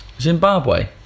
Zimbabwe